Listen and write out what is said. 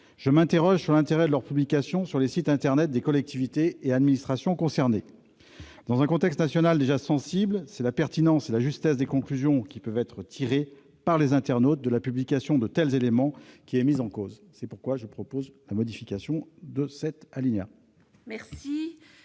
je m'interroge sur l'intérêt de leur publication sur le site internet des collectivités et des administrations concernées. Dans un contexte national déjà sensible, la pertinence et la justesse des conclusions qui peuvent être tirées par les internautes de la publication de tels éléments peuvent être mises en cause. C'est pourquoi je propose la suppression de cet alinéa.